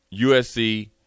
USC –